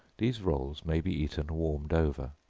these rolls may be eaten warmed over.